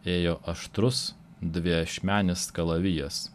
ėjo aštrus dviašmenis kalavijas